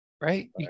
Right